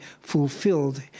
fulfilled